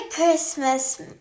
Christmas